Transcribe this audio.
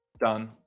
Done